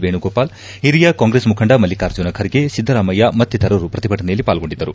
ವೇಣುಗೋಪಾಲ್ ಹಿರಿಯ ಕಾಂಗ್ರೆಸ್ ಮುಖಂಡ ಮಲ್ಲಿಕಾರ್ಜುನ ಖರ್ಗೆ ಸಿದ್ದರಾಮಯ್ಯ ಮತ್ತಿತರರು ಪ್ರತಿಭಟನೆಯಲ್ಲಿ ಪಾಲ್ಗೊಂಡಿದ್ದರು